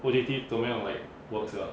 O_D_T 怎么样 like work sia